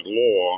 law